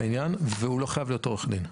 הוא לא חייב להיות עורך דין?